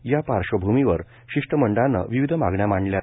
या पार्श्वभूमीवर शिष्टमंडळानं विविध मागण्या मांडल्यात